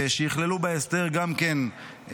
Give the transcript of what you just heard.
כך שייכללו בהסדר גם צה"ל,